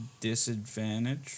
disadvantage